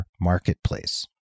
marketplace